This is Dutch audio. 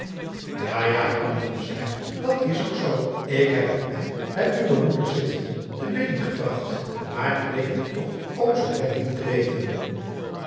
ja ja hernam blommensteyn dat is ook zoo ik heb het mij bij uwe moeder zittende te binnen gebragt maar die leek het toch ook zoo net niet te weten